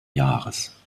jahres